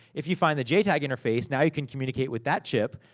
if you find the jtag interface, now you can communicate with that chip.